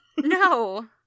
no